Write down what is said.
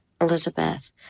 Elizabeth